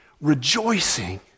rejoicing